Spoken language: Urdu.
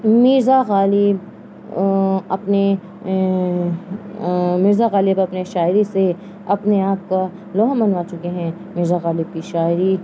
مرزا غالب اپنے مرزا غالب اپنے شاعری سے اپنے آپ کا لوہا منوا چکے ہیں مرزا غالب کی شاعری